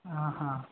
ఆహా